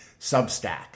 Substack